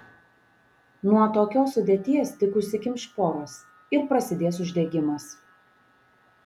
nuo tokios sudėties tik užsikimš poros ir prasidės uždegimas